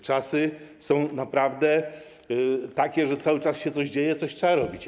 Czasy są naprawdę takie, że cały czas coś się dzieje, coś trzeba robić.